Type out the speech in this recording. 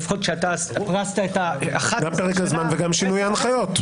לפחות כשאתה פרסת את --- גם פרק הזמן וגם שינוי ההנחיות.